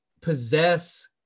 possess